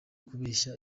kubeshya